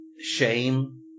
shame